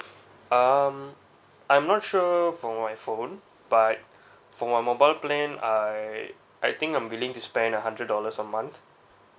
um I'm not sure so for my phone but for my mobile plan I I think I'm willing to spend a hundred dollars a month